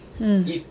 hmm